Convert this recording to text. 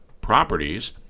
properties